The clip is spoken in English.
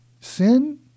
Sin